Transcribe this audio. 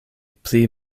pli